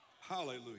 Hallelujah